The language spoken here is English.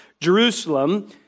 Jerusalem